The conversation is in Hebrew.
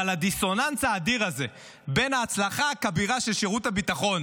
אבל הדיסוננס האדיר הזה בין ההצלחה הכבירה של שירות הביטחון,